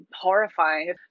horrifying